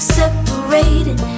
separated